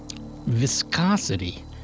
viscosity